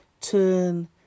turn